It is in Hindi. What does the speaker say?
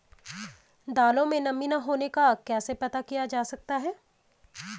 दालों में नमी न होने का कैसे पता किया जा सकता है?